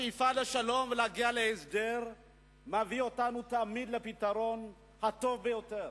השאיפה לשלום ולהגיע להסדר מביאה אותנו תמיד לפתרון הטוב ביותר.